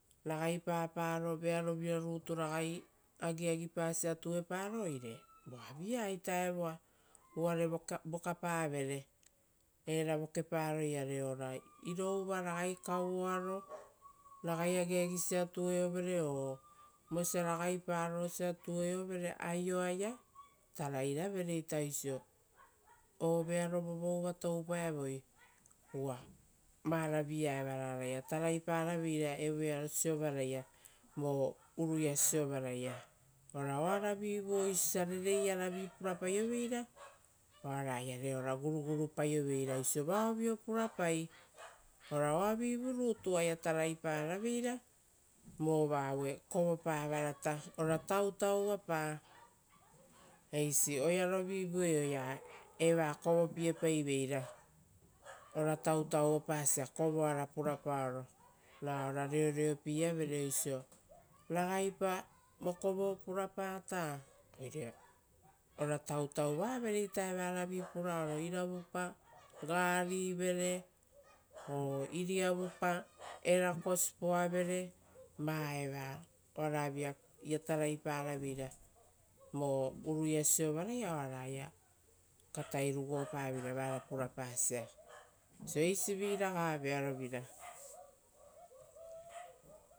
Ragai paparovere ari vearovira rutu ragai agiagipasiatueparo oire, voavi aita evoa uvare vokapa vere, era vokeparoiare ora irouvavi, ragai kauaro ragai agiagisia tueovere o vosia ragai paro sia tueovere aioaia, tarairavereita oisio, o vearo vovouva toupaevoi, uva varavi aevara oaraia taraiparaveira vo evoearo siovarai vo uruia siovaraia ora oara vivu oisio osia rereiaravi purapaioveira oaraiare ora gurugurupaioveira oisio vaovio purapai ora oavivu rutu oaia taraiparaveira vova aue kovopa varata, ora tautauvapa eisi. Oearovivuie oea eva kovopiepaiveira ora tautauvapasia kovoara purapaoro ra ora reoreopieavere oisio ragaipa vokovo purapata. Oire ora tautauvavereita evaravi puraoro iravupaita garivere o iriavupa erako sipoavere, va eva oaraviaia taraipara veira vo uruia siovaraia oaraia katai rugopaveira vara purapasia. Oisio eisiviraga vearo vira.